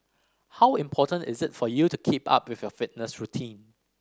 how important is it for you to keep up with your fitness routine